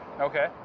Okay